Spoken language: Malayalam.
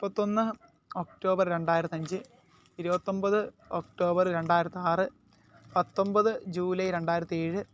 മുപ്പത്തൊന്ന് ഒക്ടോബർ രണ്ടായിരത്തഞ്ച് ഇരുപത്തൊൻപത് ഒക്ടോബർ രണ്ടായിരത്താറ് പത്തൊൻപത് ജൂലൈ രണ്ടായിരത്തേഴ്